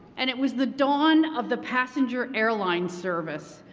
and it was the dawn of the passenger airline service,